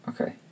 okay